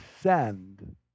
send